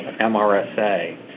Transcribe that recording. MRSA